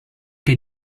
che